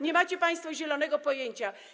Nie macie państwo zielonego pojęcia.